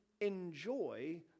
enjoy